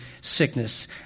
sickness